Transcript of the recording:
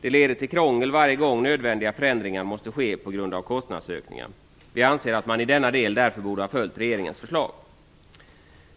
Det leder till krångel varje gång som nödvändiga förändringar måste ske på grund av kostnadsökningar. Vi anser att man i denna del därför borde ha följt regeringens förslag.